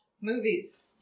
movies